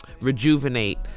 rejuvenate